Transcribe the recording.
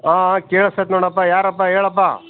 ಹಾಂ ಹಾಂ ಕೇಳಸ್ತೈತೆ ನೋಡಪ್ಪ ಯಾರಪ್ಪ ಹೇಳಪ್ಪ